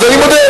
אז אני מודה,